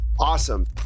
Awesome